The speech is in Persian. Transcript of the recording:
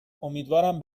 امیدوارم